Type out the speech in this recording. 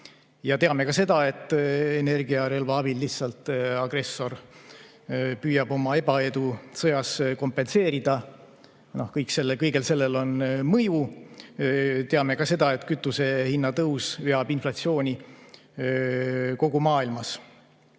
Ja teame ka seda, et energiarelva abil lihtsalt agressor püüab oma ebaedu sõjas kompenseerida. Kõigel sellel on mõju. Teame ka seda, et kütuse hinna tõus veab inflatsiooni kogu maailmas.